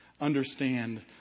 understand